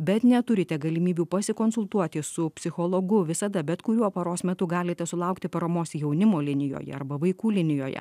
bet neturite galimybių pasikonsultuoti su psichologu visada bet kuriuo paros metu galite sulaukti paramos jaunimo linijoje arba vaikų linijoje